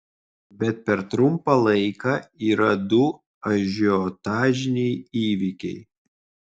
bet per trumpą laiką yra du ažiotažiniai įvykiai